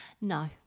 No